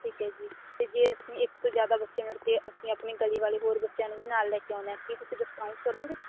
ਠੀਕ ਹੈ ਜੀ ਅਤੇ ਜੇ ਅਸੀਂ ਇੱਕ ਤੋਂ ਜ਼ਿਆਦਾ ਬੱਚੇ ਮਤਲਬ ਕਿ ਅਸੀਂ ਆਪਣੀ ਗਲੀ ਵਾਲੇ ਹੋਰ ਬੱਚਿਆਂ ਨੂੰ ਵੀ ਨਾਲ ਲੈ ਕੇ ਆਉਂਦੇ ਹਾਂ ਕੀ ਤੁਸੀਂ ਡਿਸਕਾਊਂਟ ਕਰੋਂਗੇ